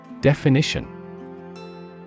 Definition